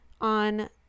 on